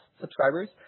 subscribers